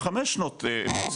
וחמש שנות מקצוע.